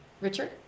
Richard